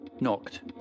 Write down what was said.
knocked